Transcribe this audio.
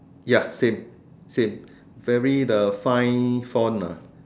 ya same same very the fine front lah